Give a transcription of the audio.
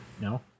no